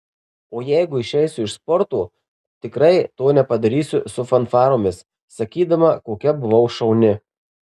o jeigu išeisiu iš sporto tikrai to nepadarysiu su fanfaromis sakydama kokia buvau šauni